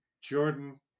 Jordan